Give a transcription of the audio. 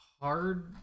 hard